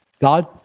God